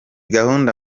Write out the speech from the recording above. gahunda